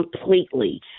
completely